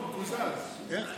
אורית.